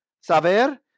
saber